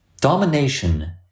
Domination